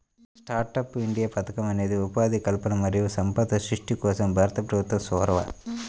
startup India పథకం అనేది ఉపాధి కల్పన మరియు సంపద సృష్టి కోసం భారత ప్రభుత్వం చొరవ